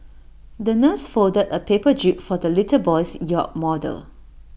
the nurse folded A paper jib for the little boy's yacht model